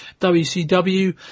WCW